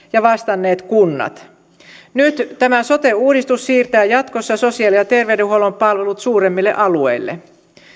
ja vastanneet kunnat nyt tämä sote uudistus siirtää jatkossa sosiaali ja terveydenhuollon palvelut suuremmille alueille